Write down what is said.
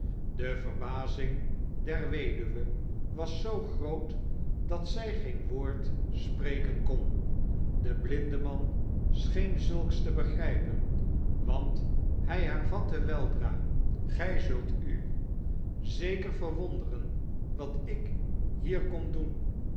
de verbazing der weduwe was zoo groot dat zij geen woord spreken kon de blindeman scheen zulks te begrijpen want hij hervatte weldra gij zult u zeker verwonderen wat ik hier kom doen